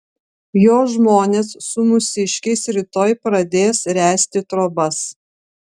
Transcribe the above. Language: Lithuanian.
jo žmonės su mūsiškiais rytoj pradės ręsti trobas